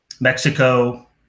Mexico